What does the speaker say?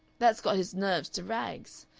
that's got his nerves to rags.